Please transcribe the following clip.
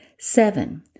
seven